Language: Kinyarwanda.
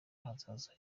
ahazaza